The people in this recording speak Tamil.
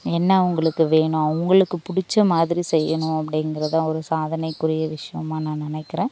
என்ன அவங்களுக்கு வேணும் அவங்களுக்கு பிடிச்ச மாதிரி செய்யணும் அப்படிங்கிறத ஒரு சாதனைக்குரிய விஷயமா நான் நினைக்கிறேன்